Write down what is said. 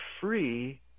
free